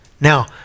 Now